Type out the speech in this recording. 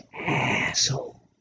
asshole